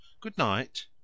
Good-night